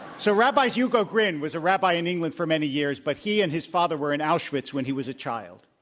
so rabbi hugo gryn was a rabbi in england for many years but he and his father were in auschwitz when he was a child.